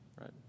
right